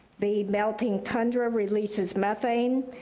the melting tundra releases methane,